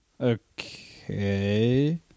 Okay